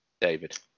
David